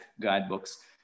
guidebooks